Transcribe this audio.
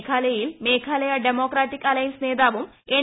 മേഘാലയയിൽ Meghalaya democratic alliance നേതാവും N